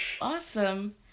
Awesome